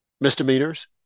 misdemeanors